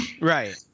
Right